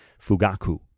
Fugaku